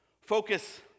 focus